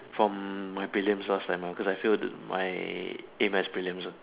from my prelims last time because I failed my A maths prelims uh